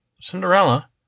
Cinderella